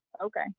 Okay